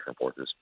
forces